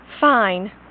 Fine